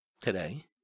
today